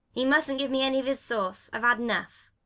he mustn't give me any of his sauce i've had enough.